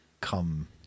come